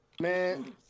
Man